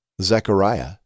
Zechariah